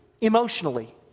emotionally